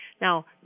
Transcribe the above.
Now